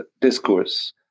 discourse